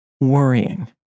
worrying